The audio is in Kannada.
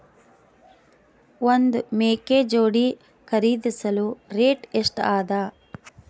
ಒಂದ್ ಮೇಕೆ ಜೋಡಿ ಖರಿದಿಸಲು ರೇಟ್ ಎಷ್ಟ ಅದ?